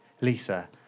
Lisa